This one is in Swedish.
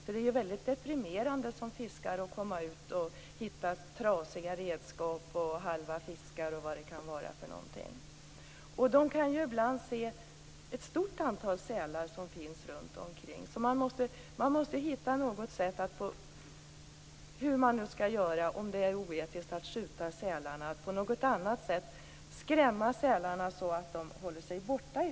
Som fiskare är det mycket deprimerande att komma ut och hitta trasiga redskap, halva fiskar osv. Ibland kan man se ett stort antal sälar runt omkring. Om det nu är oetiskt att skjuta sälarna måste man hitta på något annat sätt att skrämma sälarna så att de håller sig borta.